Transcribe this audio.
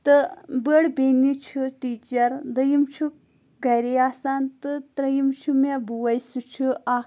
تہٕ بٔڑ بیٚنہِ چھِ ٹیٖچَر دٔیِم چھُ گَرے آسان تہٕ ترٛیٚیِم چھُ مےٚ بوے سُہ چھُ اَکھ